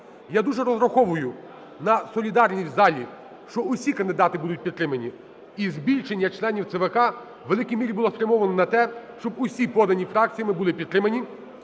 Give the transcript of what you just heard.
Я дуже розраховую на солідарність в залі, що усі кандидати будуть підтримані, і збільшення членів ЦВК в великій мірі було спрямовано на те, щоб усі, подані фракціями, були підтримані.